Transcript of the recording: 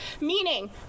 meaning